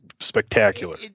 spectacular